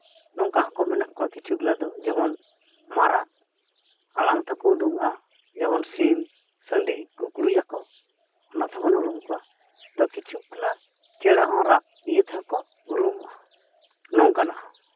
ᱱᱚᱝᱠᱟ ᱦᱚᱸᱠᱚ ᱢᱮᱱᱟᱜ ᱠᱚᱣᱟ ᱠᱤᱪᱷᱩ ᱜᱩᱞᱟ ᱫᱚ ᱡᱮᱢᱚᱱ ᱢᱟᱨᱟᱜ ᱟᱲᱟᱝ ᱛᱮᱦᱚᱸ ᱠᱚ ᱩᱨᱩᱢᱚᱜᱼᱟ ᱡᱮᱢᱚᱱ ᱥᱤᱢ ᱥᱟᱺᱰᱤ ᱠᱩᱠᱲᱩᱭ ᱟᱠᱚ ᱚᱱᱟ ᱛᱮᱦᱚᱸ ᱵᱚᱱ ᱩᱨᱩᱢ ᱠᱚᱣᱟ ᱛᱳ ᱠᱤᱪᱷᱩᱠ ᱜᱩᱞᱟ ᱪᱮᱬᱮ ᱫᱚ ᱨᱟᱜ ᱤᱭᱟᱹ ᱛᱮᱦᱚᱸ ᱠᱚ ᱩᱨᱩᱢᱚᱜᱼᱟ ᱱᱚᱝᱠᱟᱱᱟᱜ